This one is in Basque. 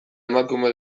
emakume